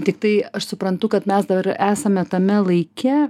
tiktai aš suprantu kad mes dabar esame tame laike